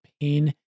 pain